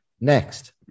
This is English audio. Next